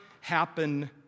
happen